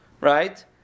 right